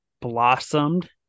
blossomed